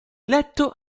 eletto